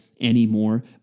anymore